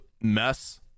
mess